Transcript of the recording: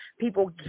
People